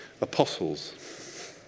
Apostles